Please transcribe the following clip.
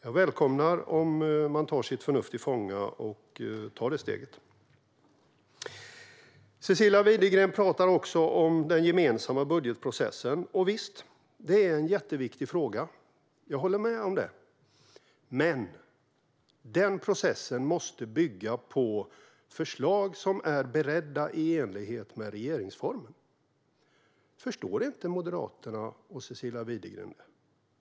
Jag välkomnar om man tar sitt förnuft till fånga och tar detta steg. Cecilia Widegren pratade också om den gemensamma budgetprocessen. Visst, det är en jätteviktig fråga - jag håller med om det. Men denna process måste bygga på förslag som är beredda i enlighet med regeringsformen. Förstår inte Moderaterna och Cecilia Widegren det?